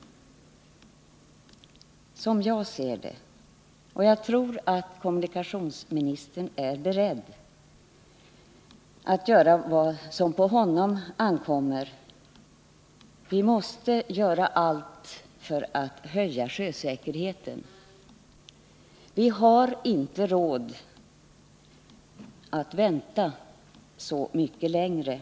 Jag tror att kommunikationsministern är beredd att göra vad på honom ankommer, och vi måste, som jag ser det, göra allt för att höja sjösäkerheten. Vi har inte råd att vänta mycket längre.